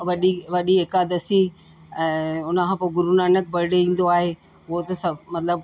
वॾी वॾी एकादसी ऐं हुन खां पोइ गुरु नानक बरडे ईंदो आहे उहो त सभु मतलबु